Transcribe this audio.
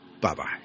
Bye-bye